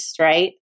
right